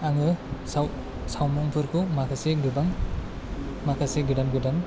आङो सावमुंफोरखौ माखासे गोबां माखासे गोदान गोदान